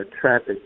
traffic